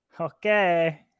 Okay